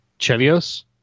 Chevios